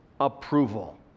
approval